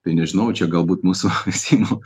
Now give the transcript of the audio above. tai nežinau čia galbūt mūsų seimo